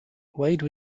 wade